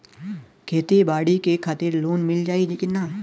खेती बाडी के खातिर लोन मिल जाई किना?